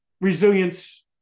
resilience